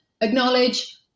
acknowledge